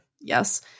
yes